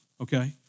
okay